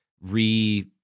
re